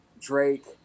Drake